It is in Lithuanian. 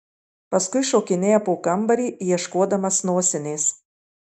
paskui šokinėja po kambarį ieškodamas nosinės